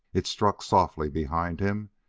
it struck softly behind him,